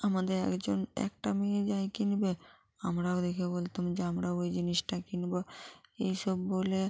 আমাদের একজন একটা মেয়ে যাই কিনবে আমরাও দেখে বলতুম যে আমরাও ওই জিনিসটা কিনবো এই সব বলে